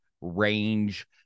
range